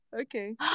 Okay